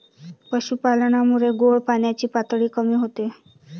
पशुपालनामुळे गोड पाण्याची पातळी कमी होते